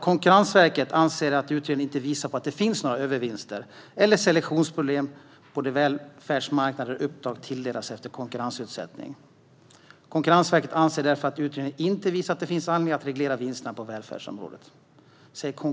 Konkurrensverket anser att utredningen inte visar att det finns några övervinster eller selektionsproblem på de välfärdsmarknader där uppdrag tilldelas efter konkurrensutsättning. Konkurrensverket anser därför att utredningen inte visat att det finns anledning att reglera vinsterna på välfärdsområdet.